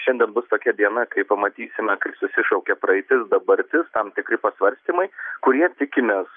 šiandien bus tokia diena kai pamatysime kaip susišaukia praeitis dabartis tam tikri pasvarstymai kurie tikimės